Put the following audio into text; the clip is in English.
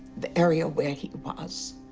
the area where he was,